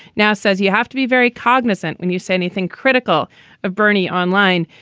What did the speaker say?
now says you have to be very cognizant when you say anything critical of bernie online.